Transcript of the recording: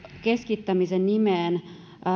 keskittämiseen nimeen